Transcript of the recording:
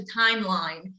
timeline